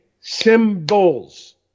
symbols